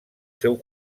seu